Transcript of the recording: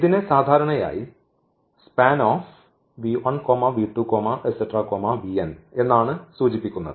ഇതിനെ സാധാരണയായി SPAN എന്നാണ് സൂചിപ്പിക്കുന്നത്